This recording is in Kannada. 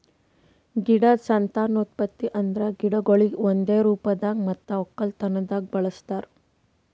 ಗಿಡದ್ ಸಂತಾನೋತ್ಪತ್ತಿ ಅಂದುರ್ ಗಿಡಗೊಳಿಗ್ ಒಂದೆ ರೂಪದಾಗ್ ಮತ್ತ ಒಕ್ಕಲತನದಾಗ್ ಬಳಸ್ತಾರ್